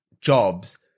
jobs